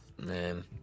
man